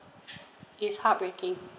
it's heartbreaking